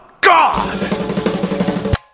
God